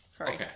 Okay